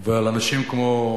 ועל אנשים כמו